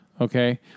Okay